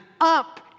up